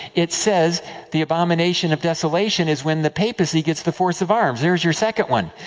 it says the abomination of desolation is when the papacy gets the force of arms. there is your second one.